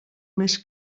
més